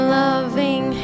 loving